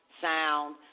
sound